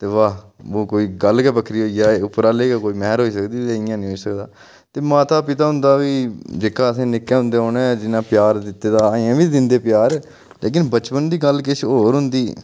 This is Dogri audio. वाह् ओह् कोई गल्ल गै बक्खरी होई जाए उप्परे आह्ले दी गै कोई मैह्र होई सकदी ते इ'यां नेईं होई सकदा ते माता पिता हुंदा बी जेह्का असें ई निक्के होंदे उ'नें जिन्ना प्यार दित्ते दा अज्जें बी दिंदे प्यार लेकिन बचपन दी गल्ल किश होर होंदी